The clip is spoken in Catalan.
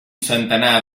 centenar